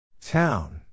Town